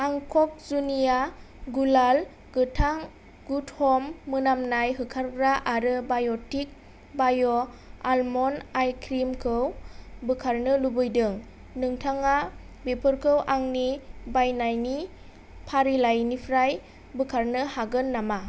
आं क'क जुनिया गुलाल गोथां गुड ह'म मोनामनाय होखारग्रा आरो बाय'टिक बाय' आल्मन्ड आइ क्रिम खौ बोखारनो लुबैदों नोंथाङा बेफोरखौ आंनि बायनायनि फारिलाइनिफ्राय बोखारनो हागोन नामा